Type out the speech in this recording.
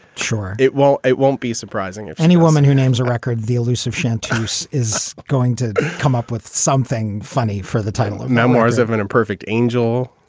sure, it will. it won't be surprising if any woman who names or records the elusive chantix is going to come up with something funny for the title of memoirs of an imperfect angel.